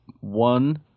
one